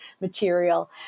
material